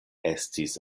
estis